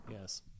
Yes